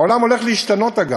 העולם הולך להשתנות, אגב.